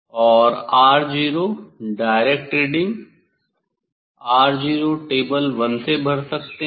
और 'R0' direct reading 'R0' table 1 से भर सकते हैं